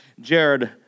Jared